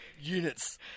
units